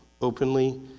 openly